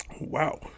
wow